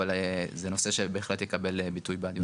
אבל זה נושא שבהחלט יקבל ביטוי בדיון הבא.